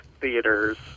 theaters